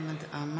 חמד עמאר,